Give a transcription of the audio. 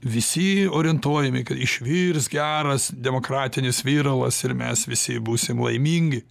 visi orientuojami kad išvirs geras demokratinis viralas ir mes visi būsim laimingi